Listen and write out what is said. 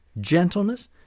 gentleness